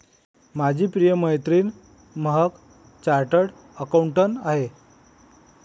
माझी प्रिय मैत्रीण महक चार्टर्ड अकाउंटंट आहे